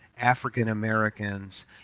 African-Americans